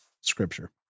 scripture